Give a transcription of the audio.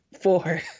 four